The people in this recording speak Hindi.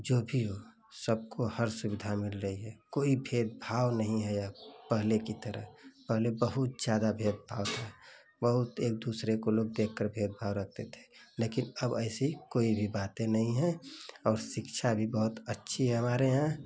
जो भी हो सबको हर सुविधा मिल रही है कोई भेदभाव नहीं है अब पहले की तरह पहले बहुत ज़्यादा भेदभाव था बहुत एक दूसरे को देखकर भेदभाव रखते थे लेकिन अब ऐसी कोई भी बात नहीं है और शिक्षा भी बहुत अच्छी है हमारे यहाँ